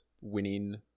winning